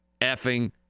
effing